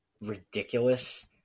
ridiculous